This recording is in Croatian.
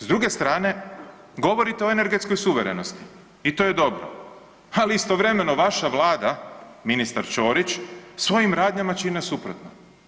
S druge strane govorite o energetskoj suverenosti i to je dobro, ali istovremeno vaša Vlada ministar Ćorić svojim radnjama čine suprotno.